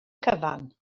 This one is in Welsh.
cyfan